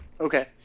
Okay